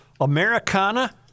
Americana